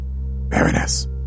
Baroness